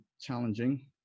challenging